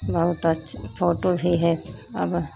बहुत अच्छी फोटो भी है अब